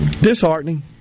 disheartening